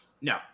No